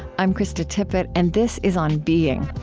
i'm krista tippett, and this is on being.